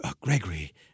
Gregory